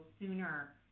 sooner